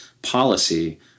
policy